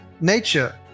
nature